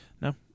No